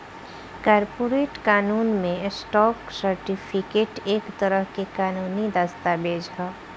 corporate कानून में, stock certificate एक तरह के कानूनी दस्तावेज ह